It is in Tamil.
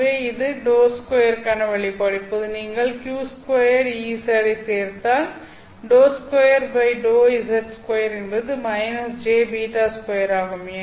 எனவே இது ∂2 க்கான வெளிப்பாடு இப்போது நீங்கள் q2Ez ஐச் சேர்த்தால் ∂2∂z2 என்பது -jβ2 ஆகும்